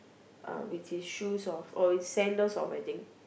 uh with his shoes off oh it's sandals off I think